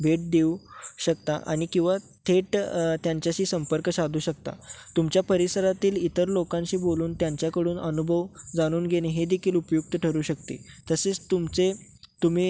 भेट देऊ शकता आणि किंवा थेट त्यांच्याशी संपर्क साधू शकता तुमच्या परिसरातील इतर लोकांशी बोलून त्यांच्याकडून अनुभव जाणून घेणे हे देखील उपयुक्त ठरू शकते तसेच तुमचे तुम्ही